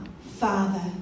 Father